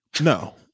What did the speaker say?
No